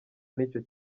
n’icyo